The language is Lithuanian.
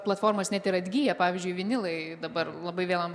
platformos net ir atgyja pavyzdžiui vinilai dabar labai vėl